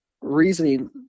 reasoning